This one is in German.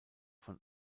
von